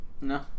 no